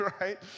right